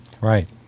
Right